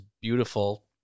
beautiful